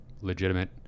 legitimate